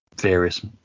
various